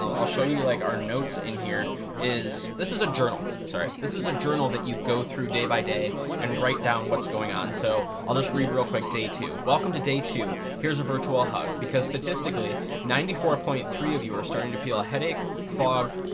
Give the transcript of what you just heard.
um i'll show you like our notes in here is, this is a journal. sorry. this is a journal that you go through day by day and write down what's going on. so, i'll just read really quick day two. welcome to day two. here's virtual hug because statistically, ninety four point three of you are starting to feel a headache, fog,